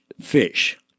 fish